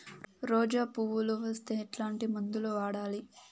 రోజా పువ్వులు వస్తే ఎట్లాంటి మందులు వాడాలి?